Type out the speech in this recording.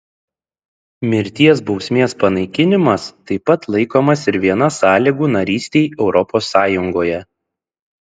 mirties bausmės panaikinimas taip pat laikomas ir viena sąlygų narystei europos sąjungoje